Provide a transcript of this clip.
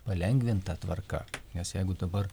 palengvinta tvarka nes jeigu dabar